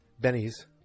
Benny's